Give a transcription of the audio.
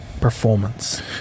performance